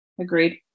agreed